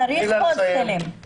אמרתי שצריך הוסטלים.